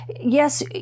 yes